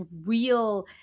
real